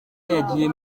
yagiye